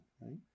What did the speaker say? right